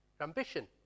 ambition